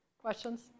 questions